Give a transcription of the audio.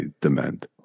demand